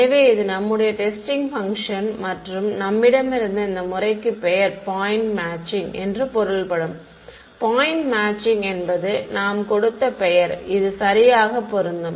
எனவே இது நம்முடைய டெஸ்டிங் பங்க்ஷன் மற்றும் நம்மிடம் இருந்த இந்த முறைக்கு பெயர் பாயிண்ட் மேட்சிங் என்று பொருள்படும் பாயிண்ட் மேட்சிங் என்பது நாம் கொடுத்த பெயர் இது சரியாக பொருந்தும்